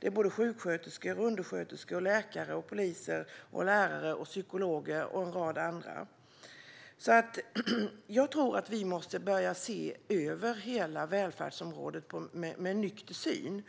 Det handlar om sjuksköterskor, undersköterskor, läkare, poliser, lärare, psykologer och en rad andra. Jag tror att vi måste börja se över hela välfärdsområdet med en nykter syn.